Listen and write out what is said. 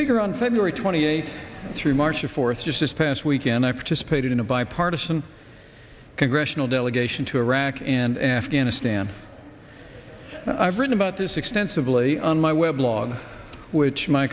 speaker on february twenty eighth through march fourth just this past weekend i participated in a bipartisan congressional delegation to iraq and afghanistan i've written about this extensively on my web log which my